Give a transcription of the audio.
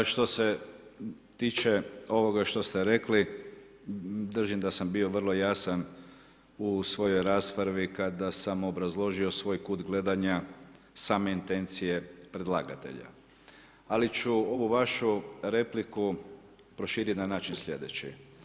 Pa što se tiče ovoga što ste rekli, držim da sam bio vrlo jasan u svojoj raspravi kada sam obrazložio svoj kut gledanja same intencije predlagatelja ali ću ovu vašu repliku proširiti na način sljedeći.